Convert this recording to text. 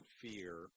fear